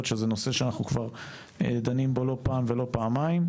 שזה נושא שאנחנו כבר דנים בו לא פעם ולא פעמיים,